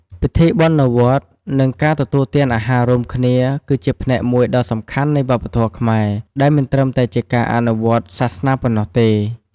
ពិធីបុណ្យនៅវត្ត និងការទទួលទាន អាហាររួមគ្នា គឺជាផ្នែកមួយដ៏សំខាន់នៃវប្បធម៌ខ្មែរ ដែលមិនត្រឹមតែជាការអនុវត្តន៍សាសនាប៉ុណ្ណោះទេ។